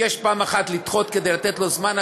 ביקש פעם אחת לדחות כדי לתת לו זמן,